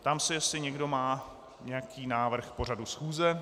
Ptám se, jestli někdo má nějaký návrh k pořadu schůze.